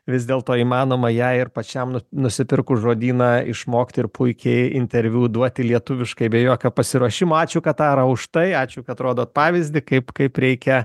vis dėlto įmanoma jei ir pačiam nu nusipirkus žodyną išmokti ir puikiai interviu duoti lietuviškai be jokio pasiruošimo ačiū katara už tai ačiū kad rodot pavyzdį kaip kaip reikia